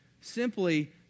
simply